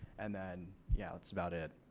and then yeah it's about it.